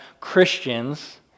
Christians